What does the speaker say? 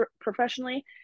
professionally